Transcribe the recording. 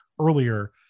earlier